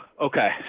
Okay